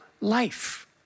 life